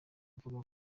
mvuga